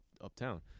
uptown